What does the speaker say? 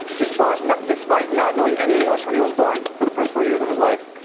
despite not despite not knowing any english when he was born, for the first four years of his life,